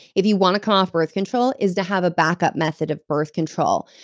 if you want to come off birth control, is to have a backup method of birth control.